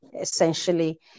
Essentially